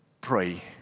Pray